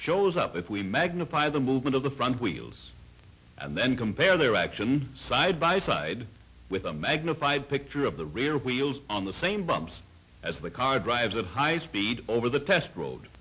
shows up that we magnify the movement of the front wheels and then compare their action side by side with a magnified picture of the rear wheels on the same bumps as the car drives at high speed over the test road